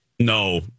No